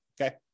Okay